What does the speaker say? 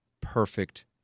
perfect